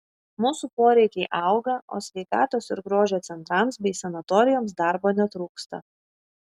mūsų poreikiai auga o sveikatos ir grožio centrams bei sanatorijoms darbo netrūksta